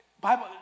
Bible